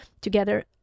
together